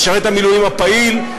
משרת המילואים הפעיל,